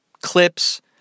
clips